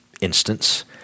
Instance